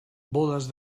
bodes